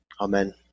Amen